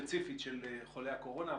ספציפית של חולי הקורונה,